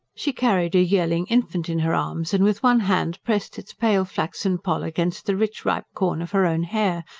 she carried a yearling infant in her arms, and with one hand pressed its pale flaxen poll against the rich, ripe corn of her own hair,